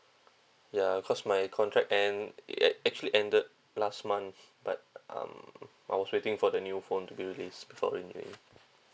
ya cause my contract end it actually ended last month but um I was waiting for the new phone to be released before anything